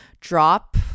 drop